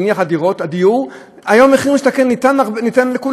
נניח על דיור, היום מחיר למשתכן ניתן לכולם.